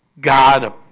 God